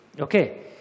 Okay